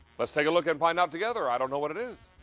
let's take a look and find out together. i don't know what it is.